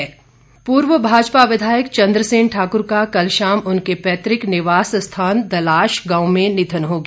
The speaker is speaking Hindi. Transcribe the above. निधन पूर्व भाजपा विधायक चन्द्र सेन ठाकुर का कल शाम उनके पैतृक निवास स्थान दशाल गाँव में निधन हो गया